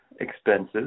expenses